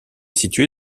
située